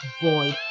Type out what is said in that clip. void